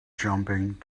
jumping